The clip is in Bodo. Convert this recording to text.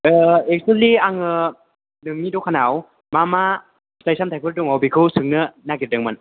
एक्सुवेलि आङो नोंनि दखानाव मा मा फिथाइ सामथाइफोर दङ बेखौ सोंनो नागिरदोंमोन